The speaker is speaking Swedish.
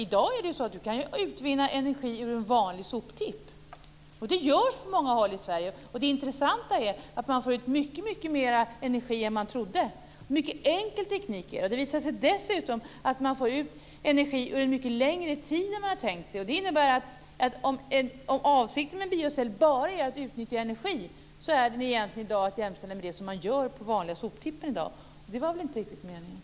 I dag kan man utvinna energi ur en vanlig soptipp, och det görs på många håll i Sverige. Det intressanta är att man får ut mycket mer energi än vad man trodde. Det är en mycket enkel teknik. Det visar sig dessutom att man får ut energi under en mycket längre tid än vad man hade trott. Det innebär att om avsikten med en biocell bara är att utnyttja energi, är det egentligen att jämställa med det som man gör på den vanliga soptippen i dag, och det var väl inte riktigt meningen.